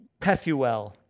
Pethuel